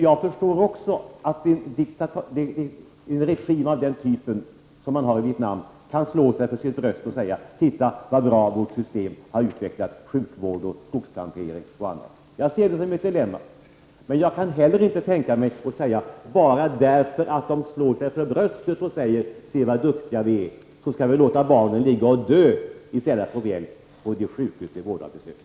Jag förstår också att en regim av den typ man har i Vietnam kan slå sig för sitt bröst och säga: Titta så bra vårt system har utvecklat sjukvård, skogsplantering och annat. Jag ser det som ett dilemma. Men jag kan heller inte tänka mig att säga: Bara för att de slår sig för bröstet och talar om hur duktiga de är, skall vi låta barnen ligga och dö i stället för att få hjälp på de sjukhus som har besökts.